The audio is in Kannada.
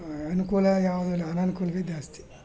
ಅನುಕೂಲ ಯಾವುದು ಇಲ್ಲ ಅನಾನುಕೂಲವೆ ಜಾಸ್ತಿ